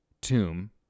tomb